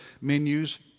menus